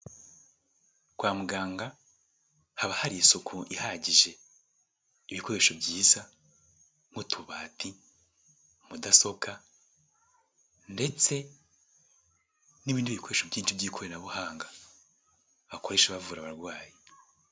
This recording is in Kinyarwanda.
Kwa muganga haba hari isuku ihagije. ibikoresho byiza nk'utubati, mudasobwa, ndetse n'ibindi bikoresho byinshi by'ikoranabuhanga bakoresha bavura abarwayi.